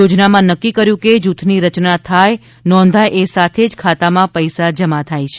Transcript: યોજનામાં નક્કી કર્યું કે જૂથની રચના થાય નોંધાય એ સાથે જ ખાતામાં પૈસા જમા થાય છે